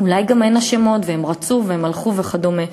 אולי גם הן אשמות, והן רצו והן הלכו וכדומה.